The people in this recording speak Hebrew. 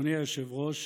אדוני היושב-ראש,